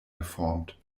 geformt